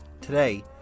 Today